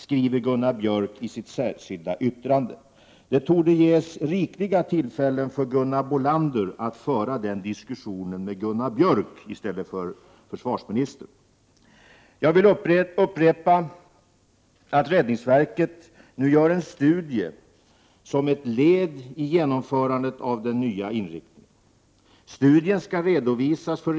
Men en bristande regionalpolitik, en kraftig storstadsexpansion och nedskärningar av det civila försvaret utgör hot mot ett fungerande totalförsvar.